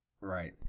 Right